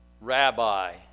Rabbi